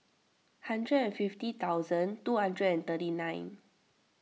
hundred and fifty thousand two hundred and thirty nine